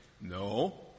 No